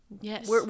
Yes